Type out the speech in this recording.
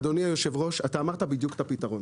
אדוני היושב ראש, אתה אמרת את הפתרון בדיוק.